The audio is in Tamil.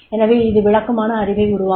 எனவே இது விளக்கமான அறிவை உருவாக்கும்